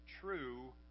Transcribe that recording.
true